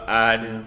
i